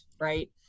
right